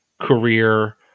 career